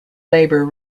labour